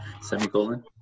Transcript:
Semicolon